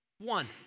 One